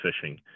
fishing